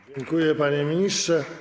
Dziękuję, panie ministrze.